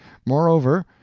moreover,